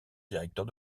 directeur